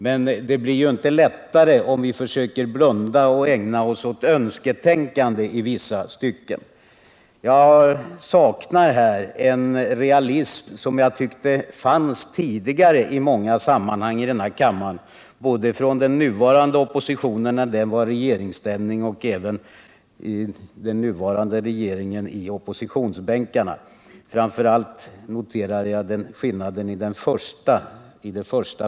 Men det blir inte lättare om vi försöker blunda och ägna oss åt ett önsketänkande i vissa stycken. Jag saknar en realism som jag tyckte fanns tidigare i många sammanhang i denna kammare både hos den nuvarande oppositionen då den var i regeringsställning och hos den nuvarande regeringen då den satt i oppositionsbänkarna. Framför allt noterade jag skillnaden i det första fallet.